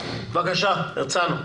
בבקשה הרצנו.